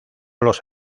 los